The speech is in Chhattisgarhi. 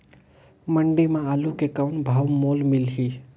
मंडी म आलू के कौन भाव मोल मिलही?